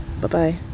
Bye-bye